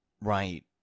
Right